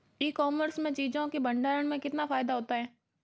ई commerce में चीज़ों के भंडारण में कितना फायदा होता है?